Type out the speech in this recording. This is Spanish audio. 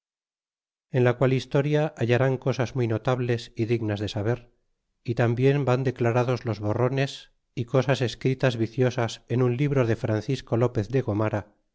en la qual historia hallarán cosas muy notables é dignas de saber é tambien van declarados los borrones é cosas escritas viciosas en un libro de francisco lopez de gomara